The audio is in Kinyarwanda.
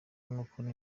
n’uko